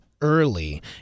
early